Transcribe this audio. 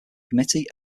committee